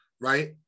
right